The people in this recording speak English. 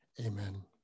amen